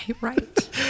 Right